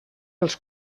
els